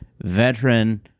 veteran